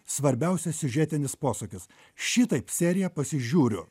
svarbiausias siužetinis posūkis šitaip seriją pasižiūriu